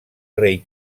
rei